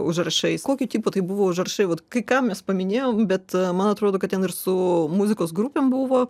užrašais kokio tipo tai buvo užrašai vat kai ką mes paminėjom bet man atrodo kad ten ir su muzikos grupėm buvo